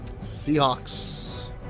Seahawks